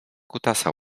kutasa